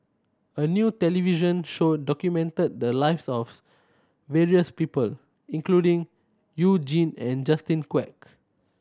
a new television show documented the lives of various people including You Jin and Justin Quek